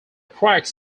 tracks